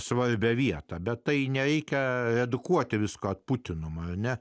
svarbią vietą bet tai nereikia edukuoti visko putino mane